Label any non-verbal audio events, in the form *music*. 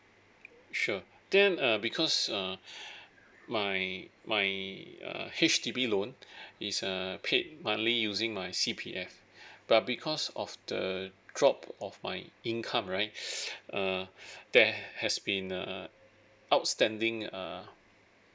sure then uh because uh my my uh H_D_B loan *breath* is err paid monthly using my C_P_F but because of the drop of my income right *breath* err there has been uh outstanding uh